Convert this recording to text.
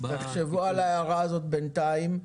תחשבו על ההערה הזאת בינתיים.